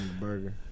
burger